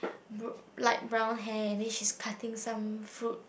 br~ light brown hair and then she's cutting some fruit